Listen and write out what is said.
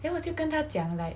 then 我就跟妳讲 like